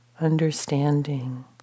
understanding